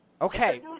Okay